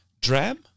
Dram